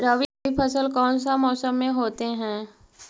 रवि फसल कौन सा मौसम में होते हैं?